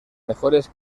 mejores